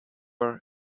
are